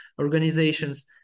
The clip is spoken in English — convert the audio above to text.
organizations